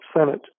Senate